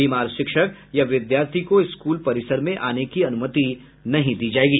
बीमार शिक्षक या विद्यार्थी को स्कूल परिसर में आने की अनुमति नहीं दी जाएगी